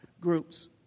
groups